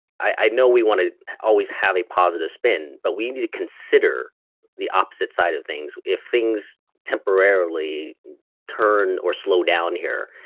i know we wanna always have a positive spin, but we need to consider the opposite side of things if things temporarily turn or slow down here.